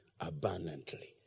abundantly